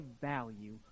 value